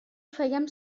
fèiem